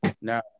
Now